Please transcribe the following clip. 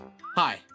Hi